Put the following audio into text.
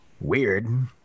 weird